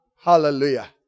hallelujah